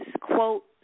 quote